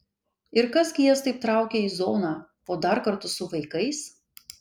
ir kas gi jas taip traukia į zoną o dar kartu su vaikais